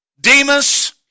Demas